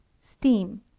Steam